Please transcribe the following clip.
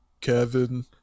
Kevin